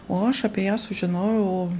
o aš apie ją sužinojau